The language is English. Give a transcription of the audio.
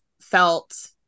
felt